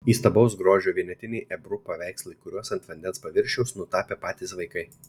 įstabaus grožio vienetiniai ebru paveikslai kuriuos ant vandens paviršiaus nutapė patys vaikai